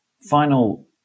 Final